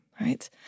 right